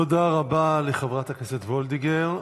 תודה רבה לחברת הכנסת וולדיגר.